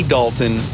Dalton